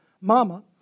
mama